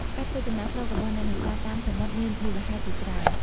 ការធ្វើចំណាកស្រុករបស់អ្នកនេសាទតាមសមុទ្រមានមូលហេតុជាច្រើន។